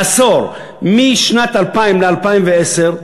בעשור משנת 2000 ל-2010,